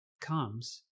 comes